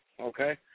okay